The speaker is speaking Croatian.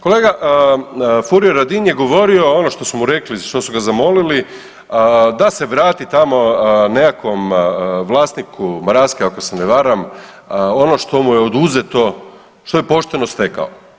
Kolega Furio Radin je govorio ono što su mu rekli, što su ga zamolili da se vrati tamo nekakvom vlasniku Maraske ako se ne varam ono što mu je oduzeto što je pošteno stekao.